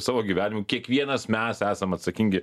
savo gyvenimu kiekvienas mes esam atsakingi